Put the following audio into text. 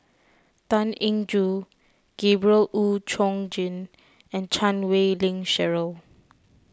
Tan Eng Joo Gabriel Oon Chong Jin and Chan Wei Ling Cheryl